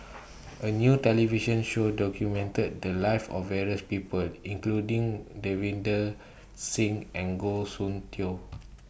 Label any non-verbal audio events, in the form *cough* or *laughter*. A New television Show documented The Lives of various People including Davinder Singh and Goh Soon Tioe *noise*